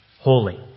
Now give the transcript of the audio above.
holy